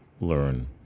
learn